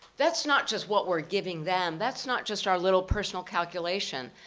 that's not just what we're giving them, that's not just our little personal calculation.